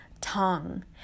tongue